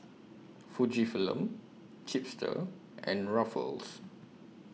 Fujifilm Chipster and Ruffles